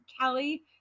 Kelly